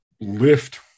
lift